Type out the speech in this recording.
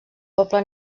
poble